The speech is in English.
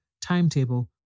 timetable